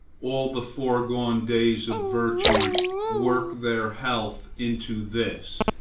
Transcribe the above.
all the foregone days of virtue work their health into this.